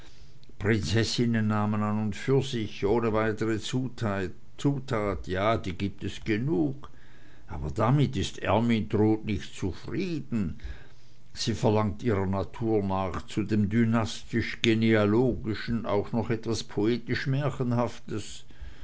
prinzessinnennamen an und für sich ohne weitere zutat ja die gibt es genug aber damit ist ermyntrud nicht zufrieden sie verlangt ihrer natur nach zu dem dynastisch genealogischen auch noch etwas poetisch märchenhaftes